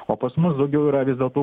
o pas mus daugiau yra vis dėlto